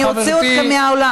אני אוציא אותו מהאולם.